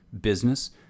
business